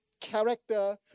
character